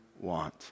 want